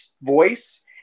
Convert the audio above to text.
voice